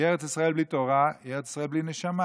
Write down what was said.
כי ארץ ישראל בלי תורה היא ארץ ישראל בלי נשמה.